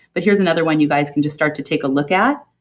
but here's another one you guys can just start to take a look at.